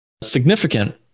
significant